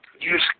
Use